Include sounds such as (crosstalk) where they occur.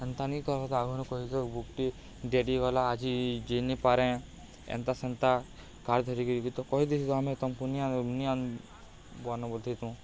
ଏନ୍ତାନି କର ତ ଆଗୁନ କହି ବୁକ୍ଟି ଡ଼େରି ଗଲା ଆଜି ଯେଇ ନେଇଁ ପାରେ ଏନ୍ତା ସେନ୍ତା କାର୍ ଧରିକିି ତ କହିଦେଇଥାତ ଆମେ ତମକୁ ନିଆ ନିଆଁ (unintelligible)